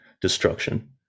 destruction